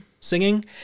singing